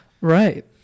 Right